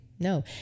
No